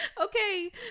okay